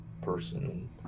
person